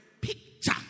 picture